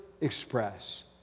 express